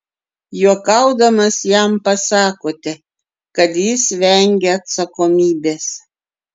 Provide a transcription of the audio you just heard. juokaudamas jam pasakote kad jis vengia atsakomybės